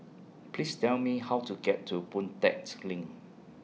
Please Tell Me How to get to Boon Tat LINK